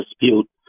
dispute